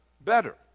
better